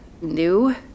new